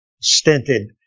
stunted